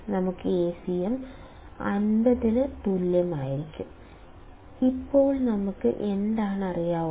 നമുക്ക് Acm 50 ന് തുല്യമായിരിക്കും ഇപ്പോൾ നമുക്ക് എന്താണ് അറിയാവുന്നത്